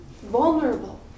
vulnerable